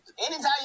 Anytime